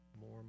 more